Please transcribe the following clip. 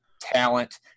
talent